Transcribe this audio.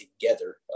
together